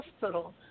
hospital